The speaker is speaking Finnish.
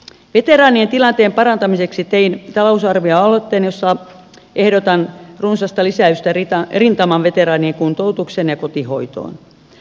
veteraanien tilanteen parantamiseksi tein talousarvioaloitteen jossa ehdotan runsasta lisäystä rintamaveteraanien kuntoutukseen ja kotihoitoon